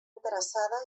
interessada